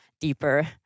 deeper